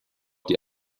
die